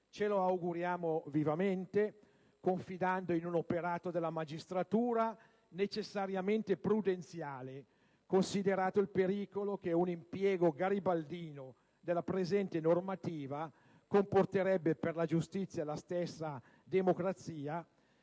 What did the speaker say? Ce lo auguriamo vivamente, confidando in un operato della magistratura necessariamente prudenziale, considerato il pericolo che un impiego garibaldino della presente normativa comporterebbe per la giustizia e la stessa democrazia.